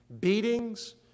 beatings